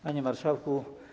Panie Marszałku!